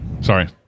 Sorry